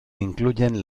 incluyen